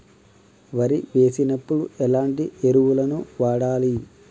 వరి వేసినప్పుడు ఎలాంటి ఎరువులను వాడాలి?